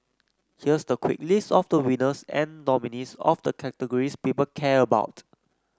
here's the quick list of the winners and nominees of the categories people care about